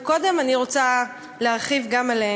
תודה.